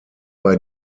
bei